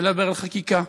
לדבר על חקיקה.